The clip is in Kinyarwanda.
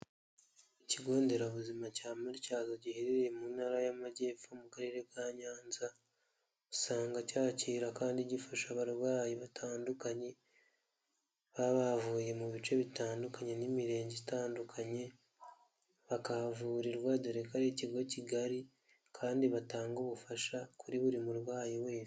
Ikigonderabuzima cya Matyazo giherereye mu ntara y'amajyepfo, mu karere ka Nyanza, usanga cyakira kandi gifasha abarwayi batandukanye baba bavuye mu bice bitandukanye n'imirenge itandukanye, bakahavurirwa, dore ko ari ikigo kigari kandi batanga ubufasha kuri buri murwayi wese.